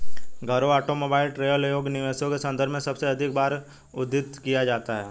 घरों, ऑटोमोबाइल, ट्रेलरों योग्य निवेशों के संदर्भ में सबसे अधिक बार उद्धृत किया जाता है